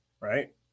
right